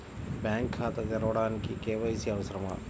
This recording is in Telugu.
బ్యాంక్ ఖాతా తెరవడానికి కే.వై.సి అవసరమా?